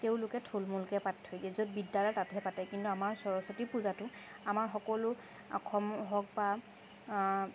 তেওঁলোকে থুলমুলকৈ পাতি থৈ দিয়ে য'ত বিদ্যালয় তাতহে পাতে কিন্তু আমাৰ সৰস্বতী পূজাটো আমাৰ সকলো অসম হওক বা